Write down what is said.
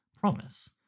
promise